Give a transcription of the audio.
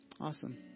Awesome